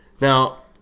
Now